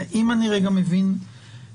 אם אני רגע מבין נכון,